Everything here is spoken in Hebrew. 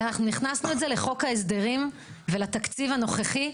אנחנו הכנסנו את זה לחוק ההסדרים ולתקציב הנוכחי,